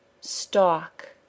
stock